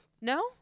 no